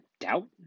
doubt